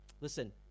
Listen